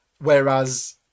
Whereas